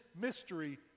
mystery